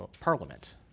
Parliament